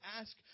ask